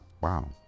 Wow